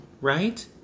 right